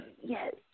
yes